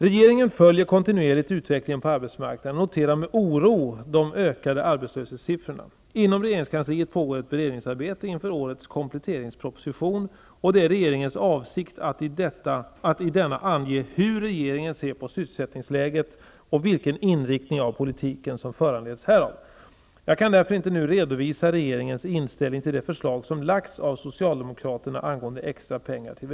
Regeringen följer kontinuerligt utvecklingen på arbetsmarknaden och noterar med oro de ökande arbetslöshetssiffrorna. Inom regeringskansliet pågår ett beredningsarbete inför årets kompletteringsproposition, och det är regeringens avsikt att i denna ange hur regeringen ser på sysselsättningsläget och vilken inriktning av politiken som föranleds härav. Jag kan därför inte nu redovisa regeringens inställning till det förslag som lagts av